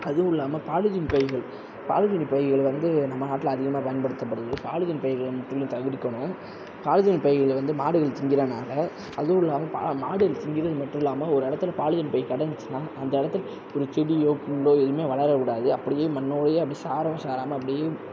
அதுவும் இல்லாமல் பாலிதீன் பைகள் பாலிதீன் பைகளை வந்து நம்ம நாட்டில அதிகமாக பயன்படுத்தப்படுது பாலிதீன் பைகளை முற்றிலும் தவிர்க்கணும் பாலிதீன் பைகளை வந்து மாடுகள் திங்கிறனால் அதுவும் இல்லாமல் மாடுகள் திங்கிறது மட்டும் இல்லாமல் ஒரு இடத்துல பாலிதீன் பை கடந்துச்சின்னா அந்த இடத்துல ஒரு செடியோ புல்லோ எதுவுமே வளர விடாது அப்படியே மண்ணோடையே அப்படியே சாரவும் சாராமல் அப்படியே